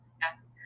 Yes